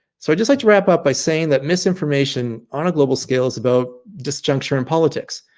so i just like to wrap up by saying that misinformation on a global scale is about disjuncture in politics.